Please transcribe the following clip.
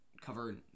cover